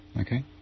okay